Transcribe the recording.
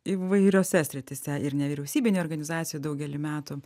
įvairiose srityse ir nevyriausybinėj organizacijoj daugelį metų